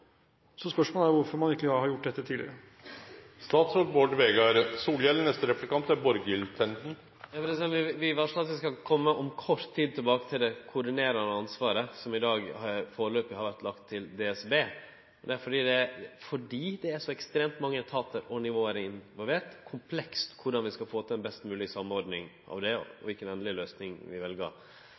Så spørsmålet er: Hvorfor har man ikke gjort dette tidligere? Vi varsla at vi om kort tid skal kome tilbake til det koordinerande ansvaret, som i dag førebels har vore lagt til DSB. Det er fordi det er så ekstremt mange etatar og nivå involvert. Det er komplekst korleis vi skal få til ei best mogleg samordning av det, og kva for endeleg løysing vi